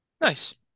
Nice